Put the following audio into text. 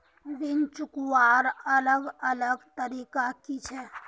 ऋण चुकवार अलग अलग तरीका कि छे?